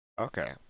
Okay